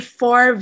four